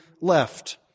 left